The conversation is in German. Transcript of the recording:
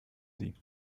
sie